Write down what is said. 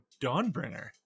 Dawnbringer